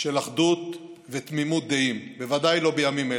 של אחדות ותמימות דעים, בוודאי לא בימים אלה.